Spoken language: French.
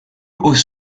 aux